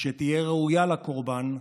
שתהיה ראויה לקורבן,